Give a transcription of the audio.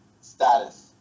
status